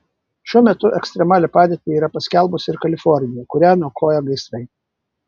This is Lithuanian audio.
šiuo metu ekstremalią padėtį yra paskelbusi ir kalifornija kurią niokoja gaisrai